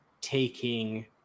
taking